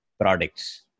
products